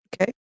Okay